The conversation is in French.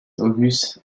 auguste